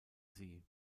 sie